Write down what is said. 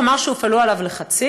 והוא אמר שהופעלו עליו לחצים.